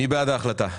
נצביע על ההחלטה.